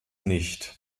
nicht